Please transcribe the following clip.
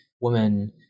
woman